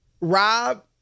Rob